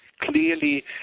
Clearly